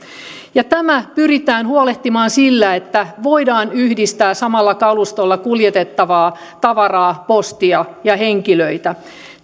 tämä pyritään huolehtimaan sillä että voidaan yhdistää samalla kalustolla kuljetettavaa tavaraa postia ja henkilöitä